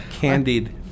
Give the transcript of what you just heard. candied